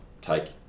take